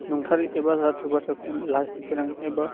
नंथारै एबा जाथारै बाथ्राखौ लाजिफोनाङो एबा